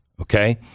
Okay